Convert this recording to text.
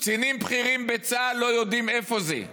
קצינים בכירים בצה"ל לא יודעים איפה זה.